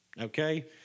Okay